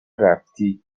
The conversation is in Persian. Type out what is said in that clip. رفتی